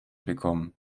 bekommen